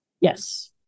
Yes